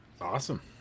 awesome